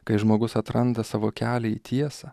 kai žmogus atranda savo kelią į tiesą